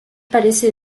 parece